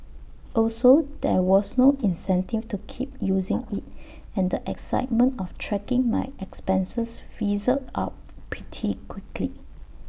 also there was no incentive to keep using IT and the excitement of tracking my expenses fizzled out pretty quickly